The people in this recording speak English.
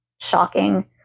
shocking